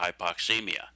hypoxemia